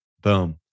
boom